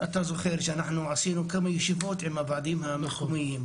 אתה זוכר שעשינו כמה ישיבות עם הוועדים המקומיים,